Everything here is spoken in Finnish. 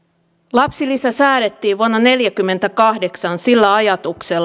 lapsilisä säädettiin vuonna neljäkymmentäkahdeksan sillä ajatuksella